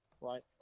right